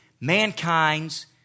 mankind's